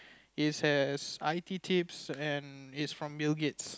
it has I_T tips and it's from Bill-Gates